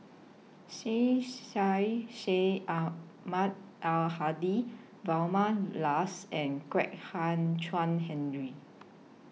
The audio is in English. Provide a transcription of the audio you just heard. Syed Sheikh Syed Ahmad Al Hadi Vilma Laus and Kwek Hian Chuan Henry